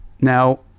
Now